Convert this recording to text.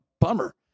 bummer